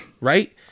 right